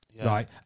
right